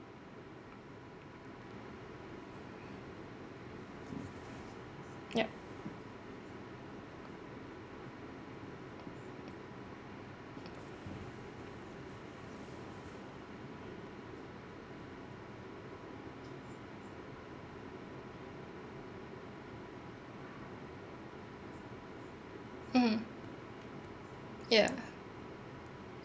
yup mmhmm yeah